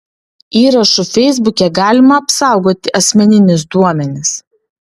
įrašu feisbuke galima apsaugoti asmeninius duomenis